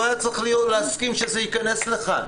לא היה צריך להסכים שזה ייכנס לכאן.